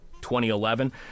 2011